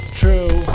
true